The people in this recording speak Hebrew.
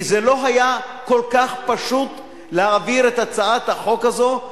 כי זה לא היה כל כך פשוט להעביר את הצעת החוק הזאת.